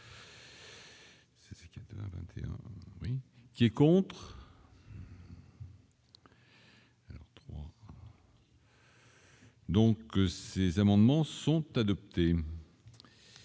qui est contre. Donc ces amendements sont adoptés.